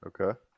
Okay